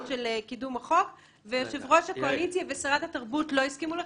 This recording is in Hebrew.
של קידום החוק ויושב-ראש הקואליציה ושרת התרבות לא הסכימו לך,